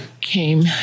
came